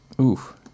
Oof